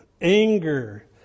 anger